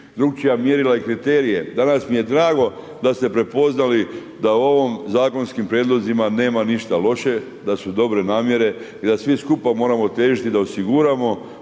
drugačija mjerila i kriterije. Danas mi je drago da ste prepoznali da u ovim zakonskim prijedlozima nema ništa loše, da su dobre namjere i da svi skupa moramo težiti, da osiguramo,